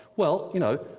well, you know,